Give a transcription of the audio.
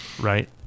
right